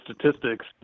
statistics